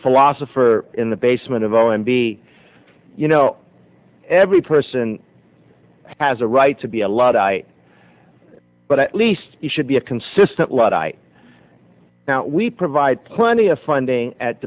philosopher in the basement of o and b you know every person has a right to be a luddite but at least he should be a consistent luddite now we provide plenty of funding at